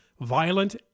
violent